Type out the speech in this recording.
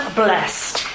blessed